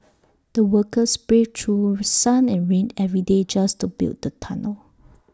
the workers braved through sun and rain every day just to build the tunnel